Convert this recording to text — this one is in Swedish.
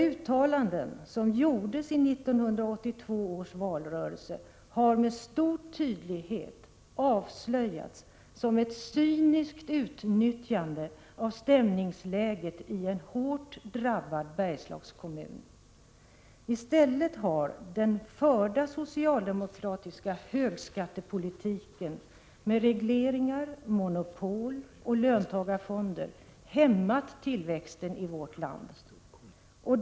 De uttalanden som gjordes i 1982 års valrörelse har med stor tydlighet avslöjats som ett cyniskt utnyttjande av stämningsläget i en hårt drabbad Bergslagskommun., I stället har den förda socialdemokratiska högskattepolitiken med regleringar, monopol och löntagarfonder hämmat tillväxten i vårt land.